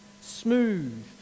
Smooth